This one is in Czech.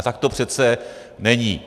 Tak to přece není.